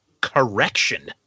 correction